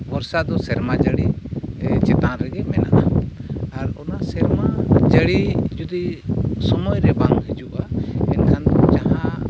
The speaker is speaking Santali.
ᱵᱷᱚᱨᱥᱟ ᱫᱚ ᱥᱮᱨᱢᱟ ᱡᱟᱹᱲᱤ ᱪᱮᱛᱟᱱ ᱨᱮᱜᱮ ᱢᱮᱱᱟᱜᱼᱟ ᱟᱨ ᱚᱱᱟ ᱥᱮᱨᱢᱟ ᱡᱟᱹᱲᱤ ᱡᱩᱫᱤ ᱥᱚᱢᱚᱭ ᱨᱮ ᱵᱟᱝ ᱦᱤᱡᱩᱜᱼᱟ ᱮᱱᱠᱷᱟᱱ ᱫᱚ ᱡᱟᱦᱟᱸ